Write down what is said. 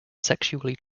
sexually